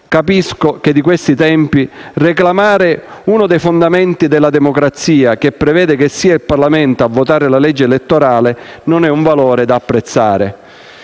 Capisco che di questi tempi reclamare uno dei fondamenti della democrazia, che prevede che sia il Parlamento a votare la legge elettorale, non è un valore da apprezzare.